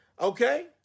Okay